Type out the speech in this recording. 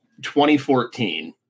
2014